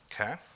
Okay